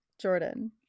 Jordan